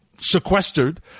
sequestered